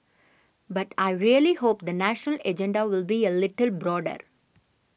but I really hope the national agenda will be a little broader